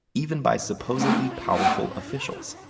even by supposedly powerful officials.